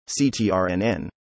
CTRNN